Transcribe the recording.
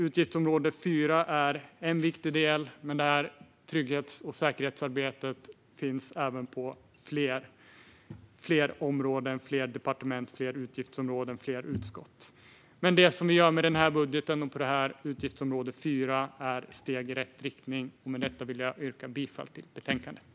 Utgiftsområde 4 är en viktig del, men trygghets och säkerhetsarbetet finns även på fler områden, departement, utgiftsområden och utskott. Det som vi gör i denna budget och på utgiftsområde 4 är steg i rätt riktning. Med detta yrkar jag bifall till förslaget i betänkandet.